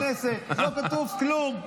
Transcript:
בתקנון הכנסת לא כתוב כלום.